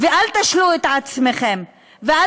ואל תשלו את עצמכם, ואל